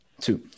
Two